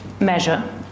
measure